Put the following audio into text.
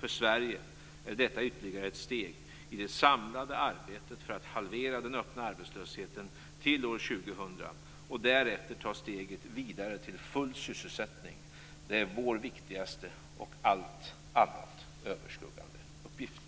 För Sverige är detta ytterligare ett steg i det samlade arbetet för att halvera den öppna arbetslösheten till år 2000 och därefter ta steget vidare till full sysselsättning. Det är vår viktigaste och allt annat överskuggande uppgift.